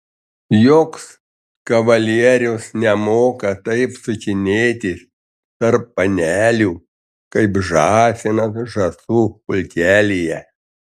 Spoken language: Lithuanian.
joks kavalierius nemoka taip sukinėtis tarp panelių kaip žąsinas žąsų pulkelyje